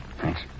Thanks